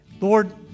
Lord